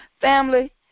Family